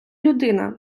людина